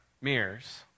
mirrors